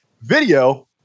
video